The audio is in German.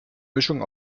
mischung